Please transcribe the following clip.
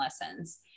lessons